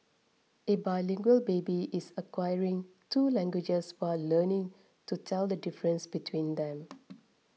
a bilingual baby is acquiring two languages while learning to tell the difference between them